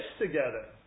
together